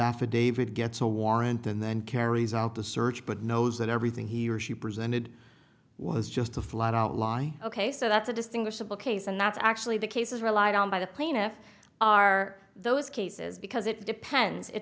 affidavit gets a warrant and then carries out the search but knows that everything he or she presented was just a flat out lie ok so that's a distinguishable case and that's actually the case is relied on by the plaintiffs are those cases because it depends it